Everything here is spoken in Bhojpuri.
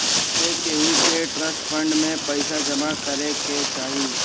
सभे केहू के ट्रस्ट फंड में पईसा जमा करे के चाही